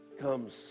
comes